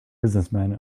businessmen